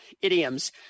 idioms